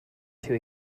too